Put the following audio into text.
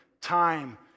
time